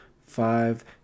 five